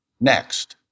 next